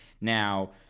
Now